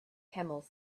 camel